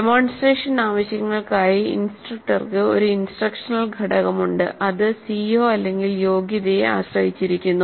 demonstration ആവശ്യങ്ങൾക്കായി ഇൻസ്ട്രക്ടർക്ക് ഒരു ഇൻസ്ട്രക്ഷണൽ ഘടകമുണ്ട്അത് CO യോഗ്യതയെ ആശ്രയിച്ചിരിക്കുന്നു